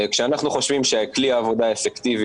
כשאנחנו חושבים שכלי העבודה האפקטיבי